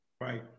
right